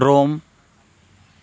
Rome